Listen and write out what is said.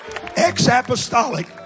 ex-apostolic